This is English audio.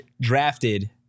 drafted